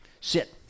Sit